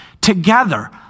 together